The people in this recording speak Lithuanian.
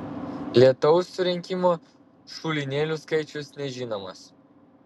lietaus surinkimo šulinėlių skaičius nežinomas